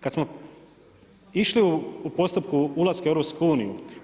Kad smo išli u postupku ulaska u EU